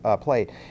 played